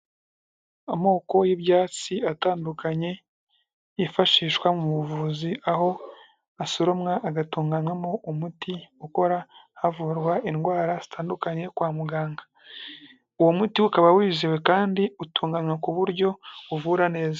Amoko y'ibyatsi atandukanye yifashishwa mu buvuzi, aho asoromwa agatunganywamo umuti, ukora havurwa indwara zitandukanye kwa muganga. Uwo muti ukaba wizewe kandi utunganywa ku buryo uvura neza.